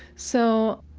so,